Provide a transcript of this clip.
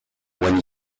when